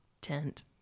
tent